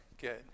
Good